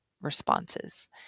responses